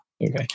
Okay